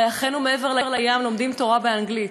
הרי אחינו מעבר לים לומדים תורה באנגלית,